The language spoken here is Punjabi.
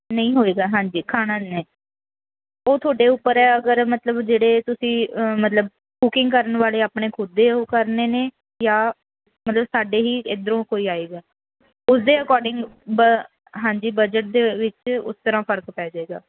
ਨਹੀਂ ਹੋਏਗਾ ਹਾਂਜੀ ਖਾਣਾ ਨਹੀਂ ਉਹ ਤੁਹਾਡੇ ਉੱਪਰ ਹੈ ਅਗਰ ਮਤਲਬ ਜਿਹੜੇ ਤੁਸੀਂ ਮਤਲਬ ਕੁਕਿੰਗ ਕਰਨ ਵਾਲੇ ਆਪਣੇ ਖੁਦ ਦੇ ਉਹ ਕਰਨੇ ਨੇ ਜਾਂ ਮਤਲਬ ਸਾਡੇ ਹੀ ਇੱਧਰੋਂ ਕੋਈ ਆਏਗਾ ਉਸਦੇ ਅਕੋਡਿੰਗ ਬ ਹਾਂਜੀ ਬਜਟ ਦੇ ਵਿੱਚ ਉਸ ਤਰ੍ਹਾਂ ਫਰਕ ਪੈ ਜਾਵੇਗਾ